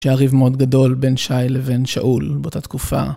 שהיה ריב מאוד גדול בין שי לבין שאול באותה תקופה.